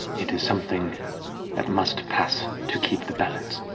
it is something that must pass to keep the balance.